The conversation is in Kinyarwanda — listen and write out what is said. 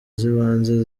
z’ibanze